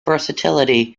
versatility